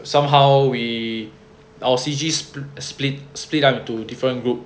somehow we our C_Gs split split up into different group